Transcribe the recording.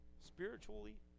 Spiritually